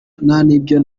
n’ibyo